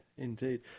Indeed